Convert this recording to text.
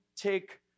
take